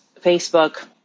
Facebook